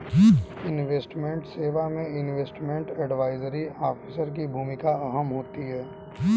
investment सेवा में investment advisory officer की भूमिका अहम होती है